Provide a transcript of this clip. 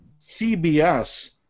CBS